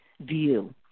view